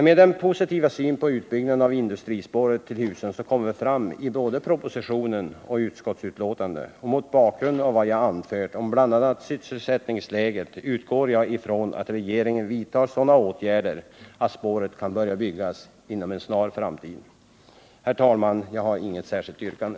Med den positiva syn på utbyggnaden av industrispåret till Husum som kommer fram i både propositionen och utskottsbetänkandet och mot bakgrund av vad jag anfört om bl.a. sysselsättningsläget, utgår jag ifrån att regeringen vidtar sådana åtgärder, att spåret kan börja byggas inom en snar framtid. Herr talman! Jag har inget särskilt yrkande.